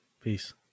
peace